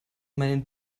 meinen